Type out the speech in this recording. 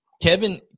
Kevin